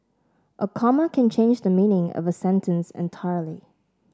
a comma can change the meaning of a sentence entirely